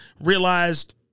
realized